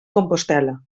compostel·la